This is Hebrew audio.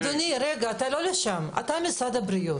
אדוני, אתה ממשרד הבריאות.